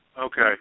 Okay